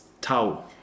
Tau